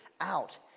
out